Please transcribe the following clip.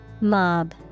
Mob